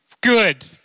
good